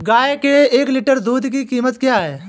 गाय के एक लीटर दूध की क्या कीमत है?